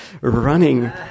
running